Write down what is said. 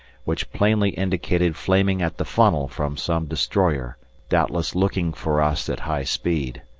which plainly indicated flaming at the funnel from some destroyer doubtless looking for us at high speed.